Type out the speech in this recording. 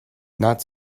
not